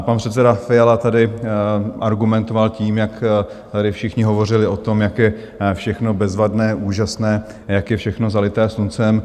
Pan předseda Fiala tady argumentoval tím, jak tady všichni hovořili o tom, jak je všechno bezvadné, úžasné a jak je všechno zalité sluncem.